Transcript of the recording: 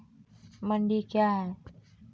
मंडी क्या हैं?